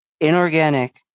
inorganic